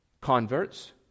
converts